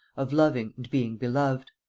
of loving and being beloved.